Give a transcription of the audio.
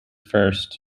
first